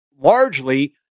largely